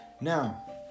Now